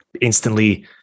instantly